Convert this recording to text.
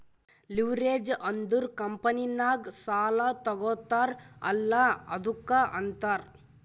leverage ಅಂದುರ್ ಕಂಪನಿನಾಗ್ ಸಾಲಾ ತಗೋತಾರ್ ಅಲ್ಲಾ ಅದ್ದುಕ ಅಂತಾರ್